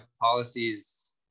policies